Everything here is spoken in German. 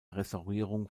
restaurierung